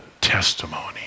testimony